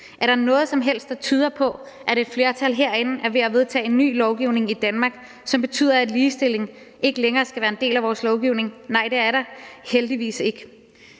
Er der noget som helst, der tyder på, at et flertal herinde er ved at vedtage en ny lovgivning i Danmark, som betyder, at ligestilling ikke længere skal være en del af vores lovgivning? Nej, det er der heldigvis ikke.